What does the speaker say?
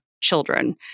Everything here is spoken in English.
children